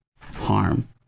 harm